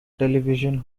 television